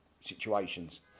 situations